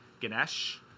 Ganesh